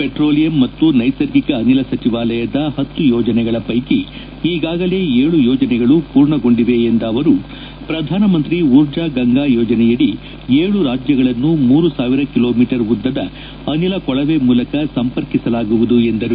petroleum ಮತ್ತು ನೈಸರ್ಗಿಕ ಅನಿಲ ಸಚಿವಾಲಯದ ಹತ್ತು ಯೋಜನೆಗಳ ಪ್ಟೆಕಿ ಈಗಾಗಲೇ ಏಳು ಯೋಜನೆಗಳು ಪೂರ್ಣಗೊಂಡಿವೆ ಎಂದ ಅವರು ಪ್ರಧಾನಮಂತ್ರಿ ಊರ್ಜಾ ಗಂಗಾ ಯೋಜನೆಯಡಿ ಏಳು ರಾಜ್ಯಗಳನ್ನು ಮೂರು ಸಾವಿರ ಕಿಲೋಮೀಟರ್ ಉದ್ದದ ಅನಿಲ ಕೊಳವೆ ಮೂಲಕ ಸಂಪರ್ಕಿಸಲಾಗುವುದು ಎಂದರು